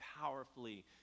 powerfully